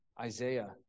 Isaiah